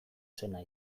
zena